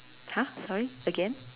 !huh! sorry again